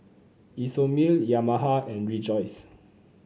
Isomil Yamaha and Rejoice